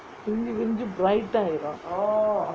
விரிஞ்சி விரிஞ்சி:vivirnji virinji bright ஆயிடும்:aayidum